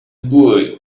boy